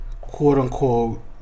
quote-unquote